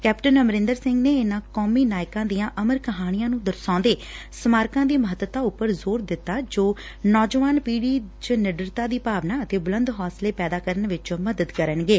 captain Amarinder Singh ਨੇ ਇਨ੍ਹਾ ਕੌਮੀ ਨਾਇਕਾਂ ਦੀਆਂ ਅਮਰ ਕਹਾਣੀਆਂ ਨੂੰ ਦਰਸਾਉਂਦੇ ਸਮਾਰਕਾਂ ਦੀ ਮੱਹਤਤਾ ਉਪਰ ਜੋਰ ਦਿੱਤਾ ਜੋ ਨੌਜਵਾਨ ਪੀੜੀ ਚ ਨਿਡਰਤਾ ਦੀ ਭਾਵਨਾ ਅਤੇ ਬੁਲੰਦ ਹੌਸਲੇ ਪੈਦਾ ਕਰਨ ਵਿਚ ਮਦਦ ਕਰਨਗੇ